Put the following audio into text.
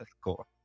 score